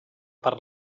per